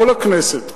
כל הכנסת,